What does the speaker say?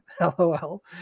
LOL